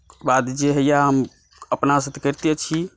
ओकर बाद जे होइए अपनासे तऽ करिते छी